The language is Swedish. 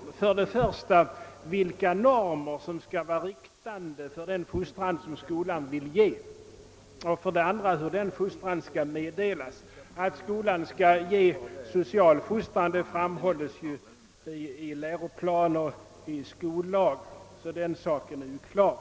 — för det första vilka normer som skall vara riktande för den fostran som skolan vill ge och för det andra hur denna fostran skall meddelas. Att skolan skall ge social fostran framhålls i läroplaner och i skollagar, så den saken är klar.